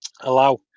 allow